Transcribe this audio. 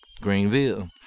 Greenville